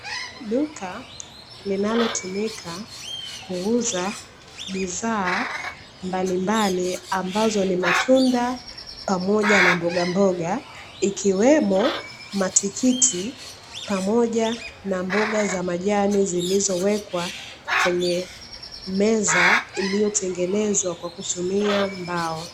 Duka linalotumika kuuza bidhaa mbalimbali, ambazo ni matunda pamoja na mbogamboga, ikiwemo matikiti pamoja na mboga za majani; zilizowekwa kwenye meza iliyotengenezwa kwa kutumia mbao.